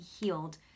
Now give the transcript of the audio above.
healed